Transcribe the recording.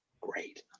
great